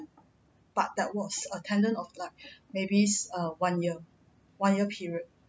but that was a tenure of like maybe is one year one year period